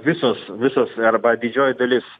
visos visos arba didžioji dalis